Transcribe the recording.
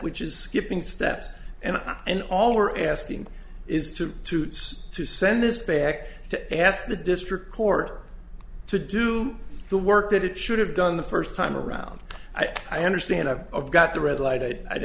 which is skipping steps and and all we're asking is to toots to send this back to ask the district court to do the work that it should have done the first time around i understand i've got to read lighted i'